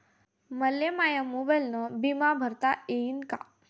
मले माया मोबाईलनं बिमा भरता येईन का?